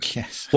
Yes